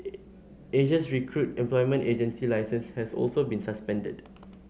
Asia's Recruit's employment agency licence has also been suspended